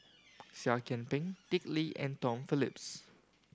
Seah Kian Peng Dick Lee and Tom Phillips